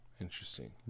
interesting